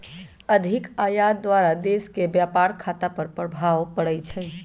अधिक आयात द्वारा देश के व्यापार खता पर खराप प्रभाव पड़इ छइ